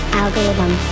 algorithm